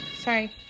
sorry